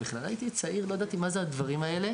הייתי צעיר ולא ידעתי מה זה הדברים האלה